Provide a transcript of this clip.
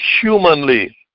humanly